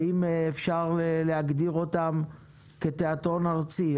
האם אפשר להגדיר אותם כתיאטרון ארצי?